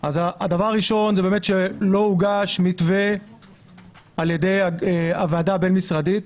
הדבר הראשון הוא שלא הוגש מתווה על ידי הוועדה הבין-משרדית,